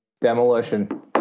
demolition